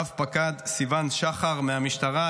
רב פקד סיון שחר מהמשטרה,